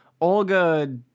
Olga